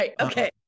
Okay